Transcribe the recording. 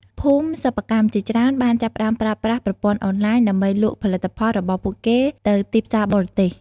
ភូមិសិប្បកម្មជាច្រើនបានចាប់ផ្តើមប្រើប្រាស់ ប្រព័ន្ធអនឡាញ ដើម្បីលក់ផលិតផលរបស់ពួកគេទៅទីផ្សារបរទេស។